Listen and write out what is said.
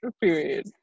period